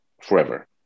forever